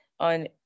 on